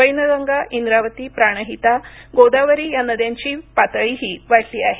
वैनगंगा इंद्रावती प्राणहिता गोदावरी या नद्यांची पातळीही वाढली आहे